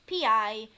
PI